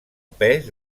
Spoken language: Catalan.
pes